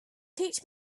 teach